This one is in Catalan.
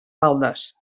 baldes